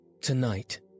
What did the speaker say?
Tonight